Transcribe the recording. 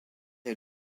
est